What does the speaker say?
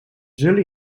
zullen